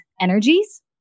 energies